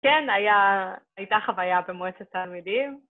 ‫כן, הייתה חוויה במועצת תלמידים.